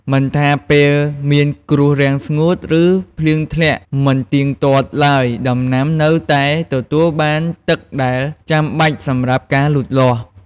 មិនថាពេលមានគ្រោះរាំងស្ងួត ឬភ្លៀងធ្លាក់មិនទៀងទាត់ឡើយ ដំណាំនៅតែទទួលបានទឹកដែលចាំបាច់សម្រាប់ការលូតលាស់។